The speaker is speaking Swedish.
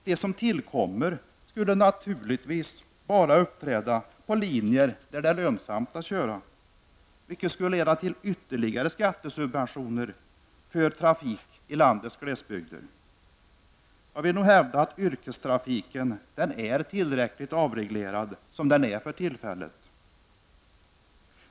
De som tillkommer skulle naturligtvis bara uppträda på linjer där det är lönsamt att köra, vilket skulle leda till ytterligare skattesubventioner för trafik i landets glesbygder. Jag vill nog hävda att yrkestrafiken är tillräckligt avreglerad som den är för närvarande.